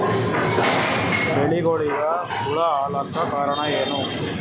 ಬೆಳಿಗೊಳಿಗ ಹುಳ ಆಲಕ್ಕ ಕಾರಣಯೇನು?